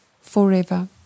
forever